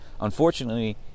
Unfortunately